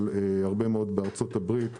אבל הרבה מאוד בארצות-הברית.